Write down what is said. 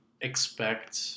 expect